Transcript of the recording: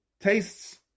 tastes